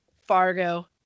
Fargo